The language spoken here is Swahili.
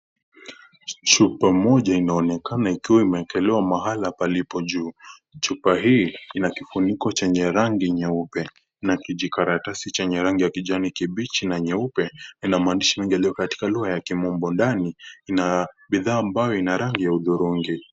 Chupa moja imeonekana ikiwa imeekelewa mahala palipo juu, chupa hii ina kifuniko chenye rangi nyeupe, na kijikaratasi chenye rangi ya kijani kibichi na nyeupe, ina maandishi mengi yalio katika lugha ya kimombo, ndani, ina bidhaa ambayo ina rangi ya udurungi.